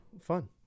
fun